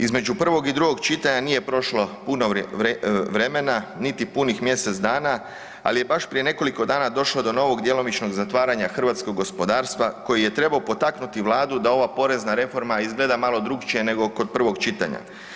Između prvog i drugog čitanja nije prošlo puno vremena, niti punih mjesec dana, ali je baš prije nekoliko dana došlo do novog djelomičnog zatvaranja hrvatskog gospodarstva koji je trebao potaknuti Vladu da ova porezna reforma izgleda malo drukčije nego kod prvog čitanja.